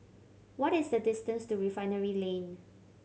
what is the distance to Refinery Lane